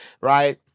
Right